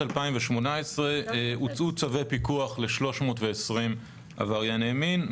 2018 הוצאו צווי פיקוח ל-320 עברייני מין,